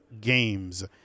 games